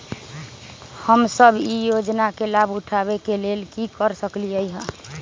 हम सब ई योजना के लाभ उठावे के लेल की कर सकलि ह?